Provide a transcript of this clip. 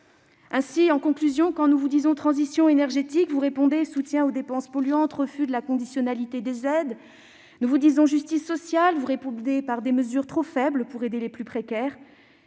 sera brutale. Quand nous vous disons « transition énergétique », vous répondez :« soutien aux dépenses polluantes »,« refus de la conditionnalité des aides ». Quand nous vous disons « justice sociale », vous répondez par des mesures trop faibles pour aider les plus précaires.